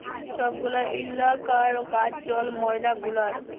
ছব গুলা ইলাকার কাজ জল, ময়লা গুলার